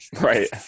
Right